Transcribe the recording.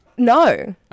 No